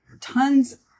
tons